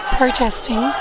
protesting